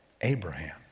Abraham